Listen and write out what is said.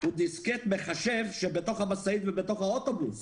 דיסקט מחשב בתוך המשאית ובתוך האוטובוס,